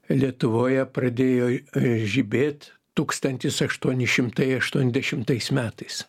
lietuvoje pradėjo žibėt tūkstantis aštuoni šimtai aštuoniasdešimtais metais